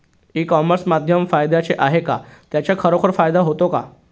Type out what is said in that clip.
E commerce माध्यम फायद्याचे आहे का? त्याचा खरोखर फायदा होतो का?